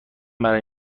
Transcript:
برای